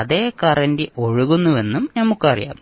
അതേ കറന്റ് ഒഴുകുന്നുവെന്നും നമുക്കറിയാം